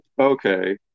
okay